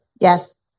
yes